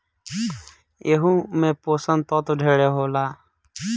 एहू मे पोषण तत्व ढेरे होला